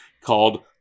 called